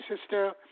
sister